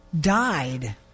died